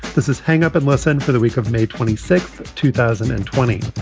this is hang up and listen for the week of may twenty six, two thousand and twenty.